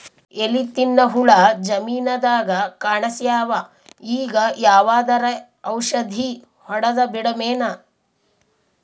ಎಲಿ ತಿನ್ನ ಹುಳ ಜಮೀನದಾಗ ಕಾಣಸ್ಯಾವ, ಈಗ ಯಾವದರೆ ಔಷಧಿ ಹೋಡದಬಿಡಮೇನ?